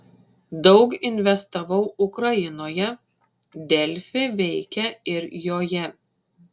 daug investavau ukrainoje delfi veikia ir joje